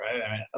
Right